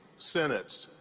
synods,